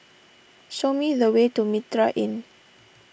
show me the way to Mitraa Inn